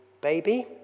baby